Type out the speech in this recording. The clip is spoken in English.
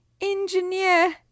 engineer